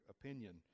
opinion